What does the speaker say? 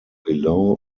below